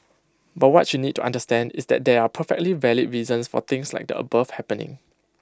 but what you need to understand is that there are perfectly valid reasons for things like the above happening